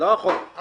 לא החוק, התקנה.